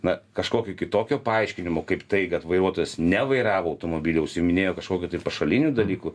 na kažkokio kitokio paaiškinimo kaip tai kad vairuotojas nevairavo automobilio užsiiminėjo kažkokiu pašaliniu dalyku